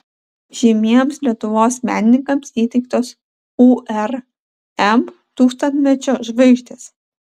žymiems lietuvos menininkams įteiktos urm tūkstantmečio žvaigždės